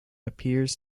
appears